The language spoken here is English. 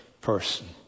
person